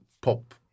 pop